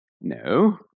No